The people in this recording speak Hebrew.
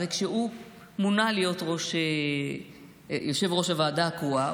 הרי כשהוא מונה להיות יושב-ראש הוועדה הקרואה,